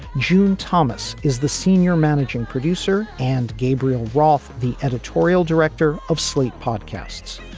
june thomas is the senior managing producer and gabriel roth, the editorial director of slate podcasts.